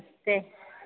नमस्ते